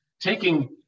taking